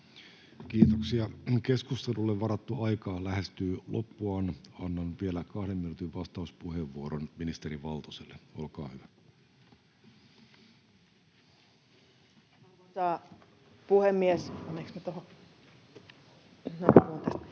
Kiitoksia. — Keskustelulle varattu aika lähestyy loppuaan. Annan vielä kahden minuutin vastauspuheenvuoron ministeri Valtoselle. — Olkaa hyvä.